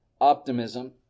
optimism